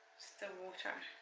the water